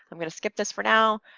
i'm gonna skip this for now.